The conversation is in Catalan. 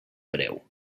preu